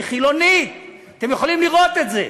אני חילונית" אתם יכולים לראות את זה,